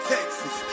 Texas